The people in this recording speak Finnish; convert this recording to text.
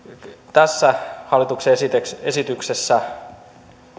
tässä hallituksen esityksessä esityksessä